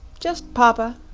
just papa.